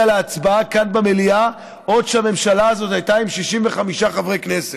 להצבעה כאן במליאה כשהממשלה הזאת עוד הייתה עם 65 חברי כנסת,